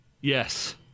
Yes